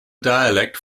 dialect